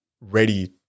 ready